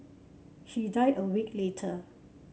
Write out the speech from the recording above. he died a week later